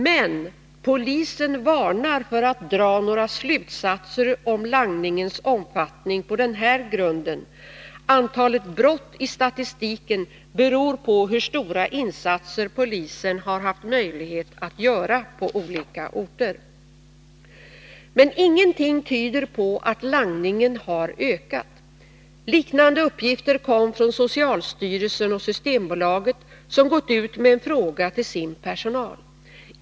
Men polisen varnar för att dra några slutsatser om langningens omfattning på den här grunden — antalet brott i statistiken beror på hur stora insatser polisen haft möjlighet att göra på olika orter. Men ingenting tyder på att langningen har ökat. Liknande uppgifter kom från socialstyrelsen och Systembolaget, som gått ut med en fråga till sin personal.